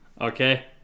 okay